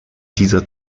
dieser